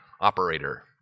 operator